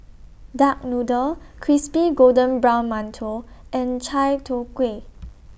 Duck Noodle Crispy Golden Brown mantou and Chai Tow Kway